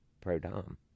pro-dom